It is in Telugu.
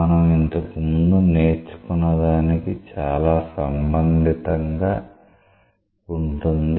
మనం ఇంతకుముందు నేర్చుకున్నదానికి చాలా సంబంధితంగా ఉంటుంది